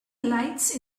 lights